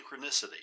synchronicity